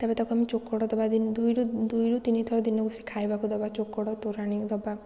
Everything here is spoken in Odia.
ତେବେ ତାକୁ ଆମେ ଚୋକଡ଼ ଦେବା ଦିନ ଦୁଇରୁ ଦୁଇରୁ ତିନଥର ଦିନକୁ ସେ ଖାଇବାକୁ ଦେବା ଚୋକଡ଼ ତୋରାଣି ଦେବା